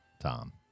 Tom